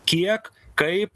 kiek kaip